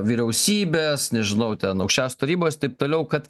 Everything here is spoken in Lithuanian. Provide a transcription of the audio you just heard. vyriausybės nežinau ten aukščiausios tarybos taip toliau kad